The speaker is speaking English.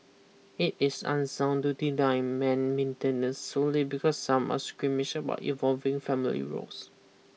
it is unsound to deny men maintenance solely because some are squeamish about evolving family roles